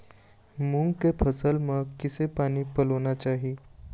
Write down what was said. मूंग के फसल म किसे पानी पलोना चाही?